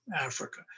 Africa